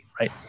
right